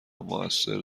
موثر